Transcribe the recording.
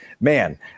man